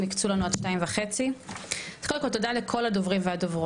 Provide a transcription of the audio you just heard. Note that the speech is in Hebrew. הקצו לנו עד 14:30. אז קודם כל תודה לכל הדוברים והדוברות,